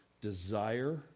desire